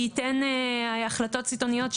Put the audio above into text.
תעכב את התוכנית.